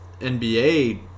NBA